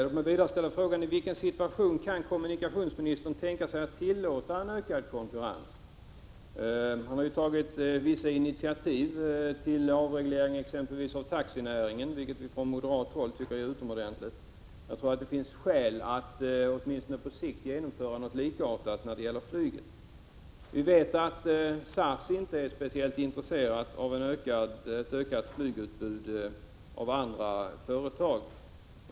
Låt mig vidare ställa frågan: I vilken situation kan kommunikationsministern tänka sig att tillåta en ökad konkurrens? Det har tagits vissa initiativ till avreglering exempelvis av taxinäringen, vilket vi från moderat håll tycker är utomordentligt. Jag tror att det finns skäl att åtminstone på sikt genomföra något likartat när det gäller flyget. Vi vet att SAS inte är speciellt intresserat av ett ökat flygutbud från andra företag.